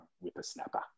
whippersnapper